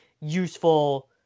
useful